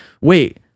wait